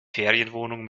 ferienwohnung